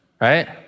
Right